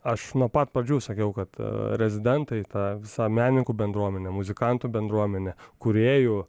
aš nuo pat pradžių sakiau kad rezidentai ta visa menininkų bendruomenė muzikantų bendruomenė kūrėjų